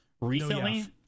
recently